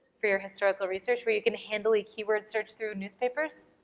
for your historical research where you can handle a keyword search through newspapers?